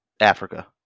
Africa